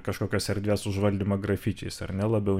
kažkokios erdvės užvaldymą grafičiais ar ne labiau